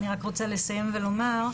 אני רק רוצה לסיים ולומר,